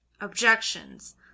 objections